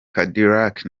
cadillac